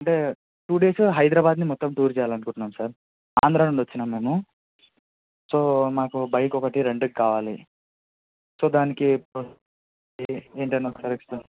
అంటే two days హైదరాబాద్ని మొత్తం టూర్ చేయాలని అనుకుంటున్నాము సార్ ఆంధ్ర నుండి వచ్చినాము మేము సో మాకు బైక్ ఒకటి రెంటుకు కావాలి సో దానికి ఏంటి అని ఒకసారి ఎక్స్ప్లేయిన్